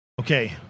Okay